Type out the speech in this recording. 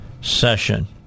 session